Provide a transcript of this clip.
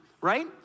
right